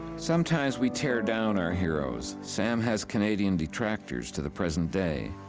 sometimes we tear down our heroes. sam has canadian detractors to the present day.